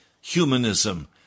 humanism